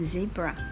Zebra